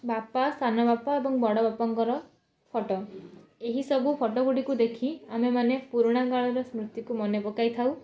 ବାପା ସାନବାପା ଏବଂ ବଡ଼ବାପାଙ୍କର ଫଟୋ ଏହିସବୁ ଫଟୋ ଗୁଡ଼ିକୁ ଦେଖି ଆମେମାନେ ପୁରୁଣାକାଳର ସ୍ମୃତିକୁ ମନେପକାଇଥାଉ